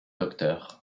docteur